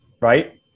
right